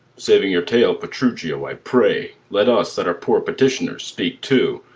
saving your tale, petruchio, i pray, let us, that are poor petitioners, speak too.